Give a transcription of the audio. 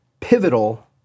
pivotal